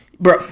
Bro